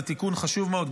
זה תיקון חשוב מאוד,